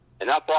Enough